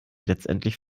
letztlich